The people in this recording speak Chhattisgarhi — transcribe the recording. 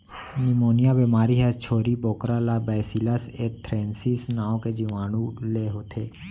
निमोनिया बेमारी ह छेरी बोकरा ला बैसिलस एंथ्रेसिस नांव के जीवानु ले होथे